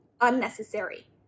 unnecessary